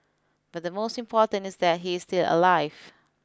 but the most important is that he is still alive